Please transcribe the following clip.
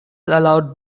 allowed